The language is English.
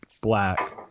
black